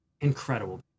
Incredible